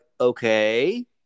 okay